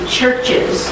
churches